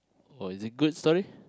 oh is it good story